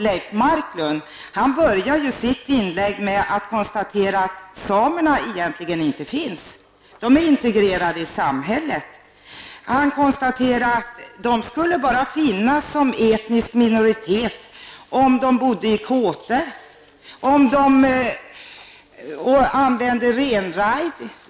Leif Marklund började sitt inlägg med att konstatera att samerna egentligen inte finns. De är integrerade i samhället. Han konstaterade att samerna finns som etnisk minoritet bara om de bor i kåtor och använder renrajd.